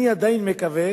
אני עדיין מקווה